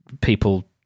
people